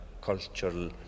cultural